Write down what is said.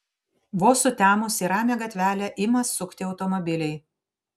vos sutemus į ramią gatvelę ima sukti automobiliai